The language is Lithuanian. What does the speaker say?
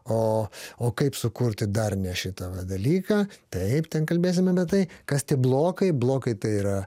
o o kaip sukurti darnią šitą va dalyką taip ten kalbėsim apie tai kas tie blokai blokai tai yra